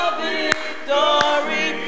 victory